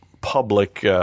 public